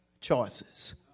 choices